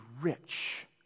rich